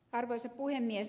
arvoisa puhemies